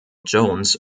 jones